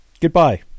Goodbye